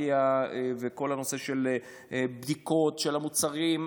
ביורוקרטיה ובכל הנושא של בדיקות של המוצרים,